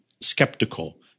skeptical